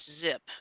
zip